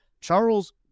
Charles